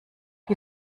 die